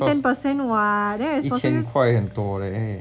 it cost 一千块很多 leh